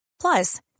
Plus